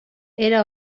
era